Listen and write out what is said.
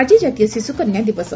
ଆଜି ଜାତୀୟ ଶିଶୁକନ୍ୟା ଦିବସ